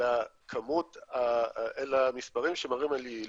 אלא מספרים שמראים על יעילות: